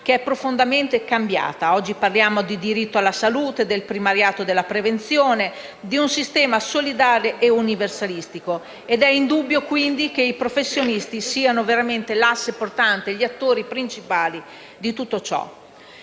che è profondamente cambiata. Oggi parliamo di diritto alla salute, del primariato della prevenzione, di un sistema solidale e universalistico, ed è indubbio quindi che i professionisti siano veramente l'asse portante, gli attori principali di tutto ciò.